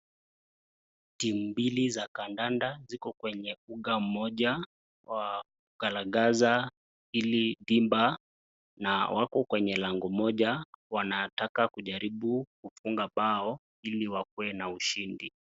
Timu mbili za kandanda kwenye uga moja wa kalagaza, na wako kwenye lango moja wanataka kujaribu ili wakuwe na ushindi.